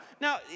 Now